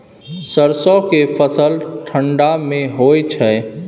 सरसो के फसल ठंडा मे होय छै?